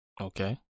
Okay